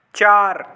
चार